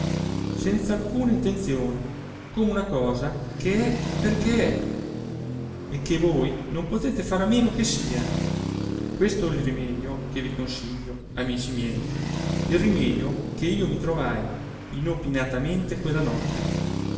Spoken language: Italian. contrasto senz'alcuna intenzione come una cosa che è perché è e che voi non potete fare a meno che sia questo il rimedio che vi consiglio amici miei il rimedio che io mi trovai inopinatamente quella notte